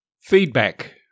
Feedback